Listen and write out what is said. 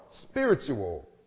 spiritual